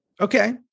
Okay